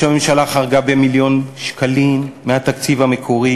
הממשלה חרגה במיליון שקלים מהתקציב המקורי,